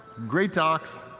great docs,